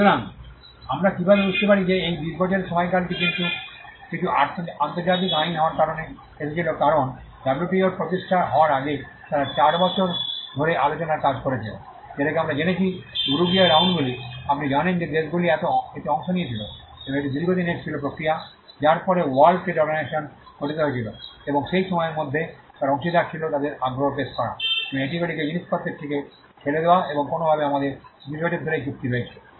সুতরাং আমরা কীভাবে বুঝতে পারি যে এই 20 বছরের সময়কালটি কিছু আন্তর্জাতিক আইন হওয়ার কারণে এসেছিল কারণ ডাব্লুটিওর প্রতিষ্ঠিত হওয়ার আগে তারা 8 বছর ধরে আলোচনার কাজ করেছিল যেটাকে আমরা জেনেছি যে উরুগুয়ে রাউন্ডগুলি আপনি জানেন যে দেশগুলি এতে অংশ নিয়েছিল এবং এটি দীর্ঘদিনের ছিল প্রক্রিয়া যার পরে ওয়ার্ল্ড ট্রেড অর্গানিজশন গঠিত হয়েছিল এবং সেই সময়ের মধ্যে তারা অংশীদার ছিল তাদের আগ্রহ পেশ করা এবং এটিগুলিকে জিনিসপত্রের দিকে ঠেলে দেওয়া এবং কোনওভাবে আমাদের 20 বছর ধরে এই চুক্তি রয়েছে